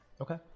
okay